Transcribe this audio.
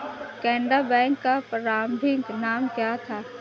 Canara bank का प्रारंभिक नाम क्या था?